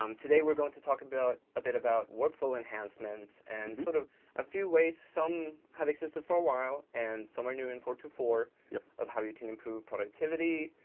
um today we're going to talk about a bit about workflow enhancements and sort of a few ways some have existed for a while and some are new in four point two four yeah of how you can improve productivity.